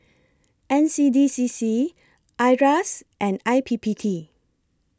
N C D C C IRAS and I P P T